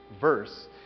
verse